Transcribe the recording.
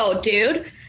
dude